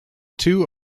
two